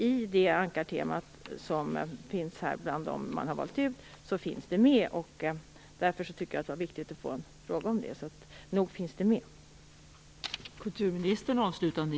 I det ankartemat finns alltså detta med, och därför tyckte jag att det var viktigt att få fråga om det.